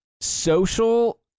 social